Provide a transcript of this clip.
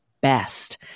best